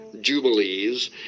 jubilees